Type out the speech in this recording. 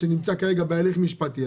שנמצא כרגע בהליך משפטי.